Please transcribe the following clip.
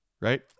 right